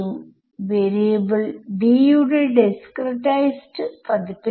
ആദ്യം നമുക്ക് ഇത് ഏത് ഓർഡറിൽഉള്ള ഡെറിവേറ്റീവ് derivative ആണെന്ന് നോക്കാം